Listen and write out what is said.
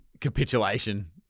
capitulation